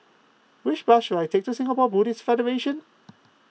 which bus should I take to Singapore Buddhist Federation